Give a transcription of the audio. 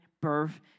birth